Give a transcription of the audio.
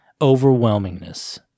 overwhelmingness